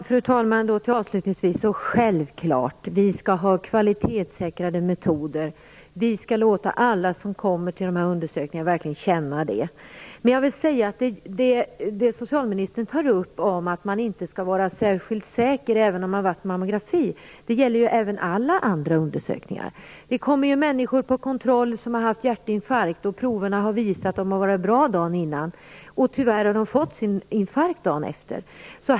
Fru talman! Självklart skall vi ha kvalitetssäkrade metoder. Vi skall låta alla som kommer till dessa undersökningar verkligen veta det. Socialministern säger att man inte skall vara särskilt säker även om man gjort mammografiundersöknig. Det gäller även andra undersökningar. Det kommer människor på kontroll som haft hjärtinfarkt, proverna har varit bra, men tyvärr har de fått infarkt dagen efter.